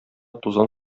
тузан